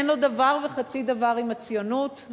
אין לו דבר וחצי דבר עם הציונות,